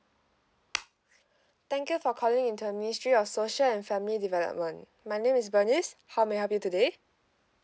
thank you for calling into the ministry of social and family development my name is bernice how may I help you today